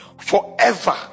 forever